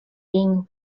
being